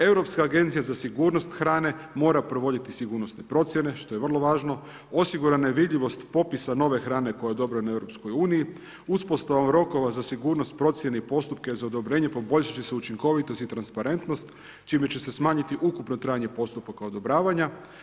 Europska agencija za sigurnost hrane mora provoditi sigurnosne procjene što je vrlo važno, osigura nevidljivost popisa nove hrane koja je odobrena u EU-u, uspostavom rokova za sigurnost procjene i postupke za odobrenje poboljšat će se učinkovitost i transparentnost čime će se smanjiti ukupno trajanje postupaka odobravanja.